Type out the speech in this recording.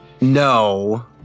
No